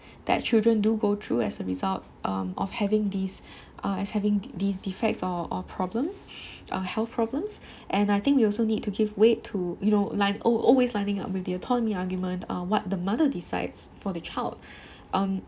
that children do go through as a result um of having as these uh as having the~ these defects or or problems uh health problems and I think we also need to give weight to you know line al~ always lining up with the autonomy argument uh what the mother decides for the child um